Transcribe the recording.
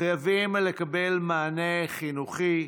חייבים לקבל מענה חינוכי,